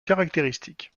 caractéristique